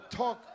talk